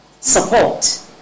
support